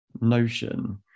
notion